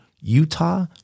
Utah